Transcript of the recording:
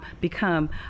become